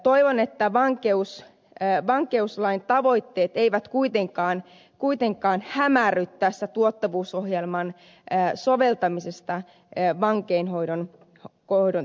toivon että vankeuslain tavoitteet eivät kuitenkaan hämärry tässä tuottavuusohjelman soveltamisessa vankeinhoidon tilanteessa